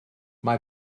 mae